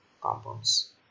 compounds